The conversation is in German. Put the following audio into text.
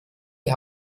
die